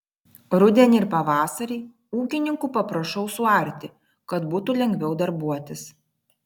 rudenį ir pavasarį ūkininkų paprašau suarti kad būtų lengviau darbuotis